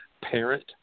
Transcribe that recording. parent